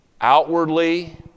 Outwardly